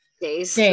days